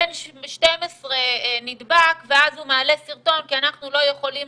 בן 12 נדבק ואז הוא מעלה סרטון כי אנחנו לא יכולים